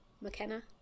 McKenna